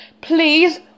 please